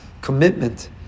commitment